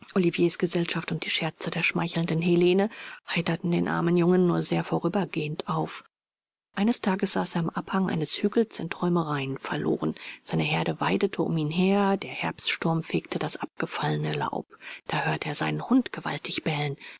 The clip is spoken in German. oliviers gesellschaft und die scherze der schmeichelnden helene heiterten den armen jungen nur sehr vorübergehend auf eines tages saß er am abhang eines hügels in träumereien verloren seine herde weidete um ihn her der herbststurm fegte das abgefallene laub da hörte er seinen hund gewaltig bellen